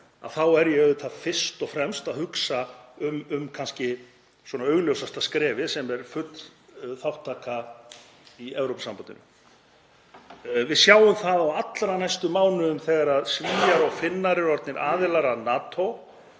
þá er ég fyrst og fremst að hugsa um augljósasta skrefið, sem er full þátttaka í Evrópusambandinu. Við sjáum það á allra næstu mánuðum þegar Svíar og Finnar eru orðnir aðilar að NATO